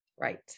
Right